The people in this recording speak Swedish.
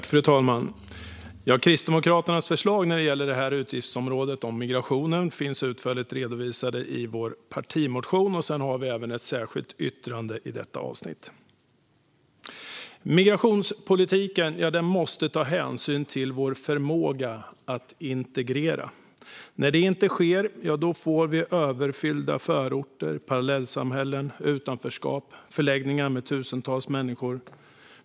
Fru talman! Kristdemokraternas förslag när det gäller detta utgiftsområde, migrationen, finns utförligt redovisade i vår partimotion. Vi har även ett särskilt yttrande i detta avsnitt. Migrationspolitiken måste ta hänsyn till vår förmåga att integrera. När detta inte sker får vi överfyllda förorter, parallellsamhällen, utanförskap och förläggningar med tusentals människor.